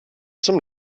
zum